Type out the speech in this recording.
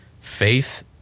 Faith